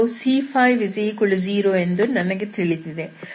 c20 c50 ಎಂದು ನನಗೆ ತಿಳಿದಿದೆ